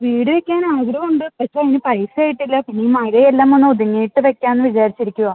വീട് വയ്ക്കാൻ ആഗ്രഹമുണ്ട് പക്ഷെ അതിന് പൈസ ആയിട്ടില്ല പിന്നെ ഈ മഴയെല്ലാം ഒന്നൊതുങ്ങിയിട്ട് വയ്ക്കാന്ന് വിചാരിച്ചിരിക്കുകയാണ്